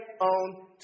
own